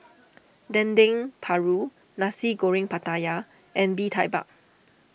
Dendeng Paru Nasi Goreng Pattaya and Bee Tai Mak